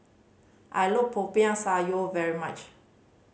I look Popiah Sayur very much